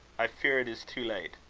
i fear it is too late.